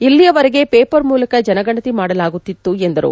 ಇಲ್ಲಿಯವರೆಗೆ ಪೇಪರ್ ಮೂಲಕ ಜನಗಣತಿ ಮಾಡಲಾಗುತಿತ್ತು ಎಂದರು